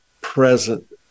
present